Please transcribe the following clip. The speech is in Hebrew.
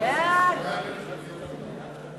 71 בעד, אחד